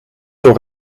door